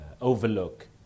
overlook